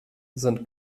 sind